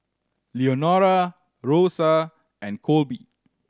Leonora Rosa and Colby